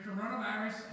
Coronavirus